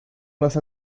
más